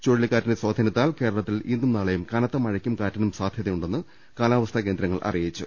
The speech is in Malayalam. ചുഴ ലിക്കാറ്റിന്റെ സ്വാധീനത്താൽ കേരളത്തിൽ ഇന്നും നാളെയും കനത്ത മഴക്കും കാറ്റിനും സാധ്യതയുണ്ടെന്ന് കാലാവസ്ഥാ കേന്ദ്രങ്ങൾ അറിയിച്ചു